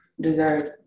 deserve